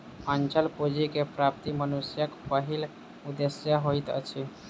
अचल पूंजी के प्राप्ति मनुष्यक पहिल उदेश्य होइत अछि